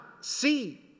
see